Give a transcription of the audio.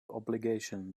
obligation